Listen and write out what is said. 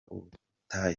ubutayu